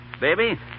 Baby